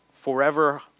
forever